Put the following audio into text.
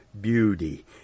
beauty